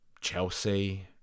Chelsea